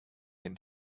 and